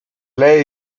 lei